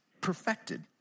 perfected